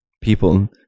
people